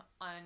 on